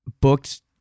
booked